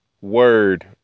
word